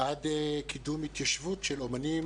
עד קידום התיישבות של אומנים